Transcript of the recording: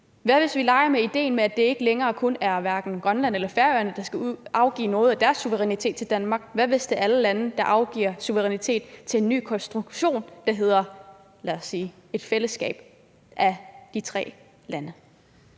og sikkerhedspolitik – at det ikke længere kun er hverken Grønland eller Færøerne, der skal afgive noget af deres suverænitet til Danmark. Hvad hvis det er alle lande, der afgiver suverænitet til en ny konstruktion, der hedder, lad os sige et fællesskab af de tre lande?